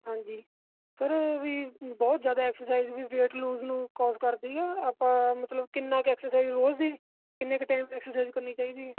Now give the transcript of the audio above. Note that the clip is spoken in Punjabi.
ਹਾਂਜੀ ਸਰ ਵੀ ਬਹੁਤ ਜ਼ਿਆਦਾ ਐਕਸਰਸਾਈਜ਼ ਵੀ ਵੇਟ ਲੂਜ਼ ਨੂੰ ਕੋਸ ਕਰਦੀ ਆ ਆਪਾਂ ਮਤਲਬ ਕਿੰਨਾ ਕੁ ਐਕਸਰਸਾਈਜ਼ ਰੋਜ਼ ਦੀ ਕਿੰਨੇ ਕੁ ਟਾਈਮ ਐਕਸਰਸਾਈਜ਼ ਕਰਨੀ ਚਾਹੀਦੀ ਆ